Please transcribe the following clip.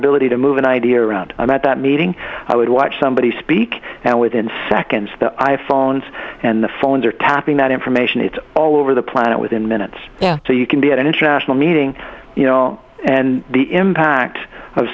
ability to move an idea around i'm at that meeting i would watch somebody speak and within seconds the i phones and the phones are tapping that information it's all over the planet within minutes after you can be at an international meeting you know and the impact of